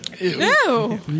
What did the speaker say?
No